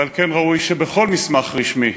ועל כן ראוי שבכל מסמך רשמי,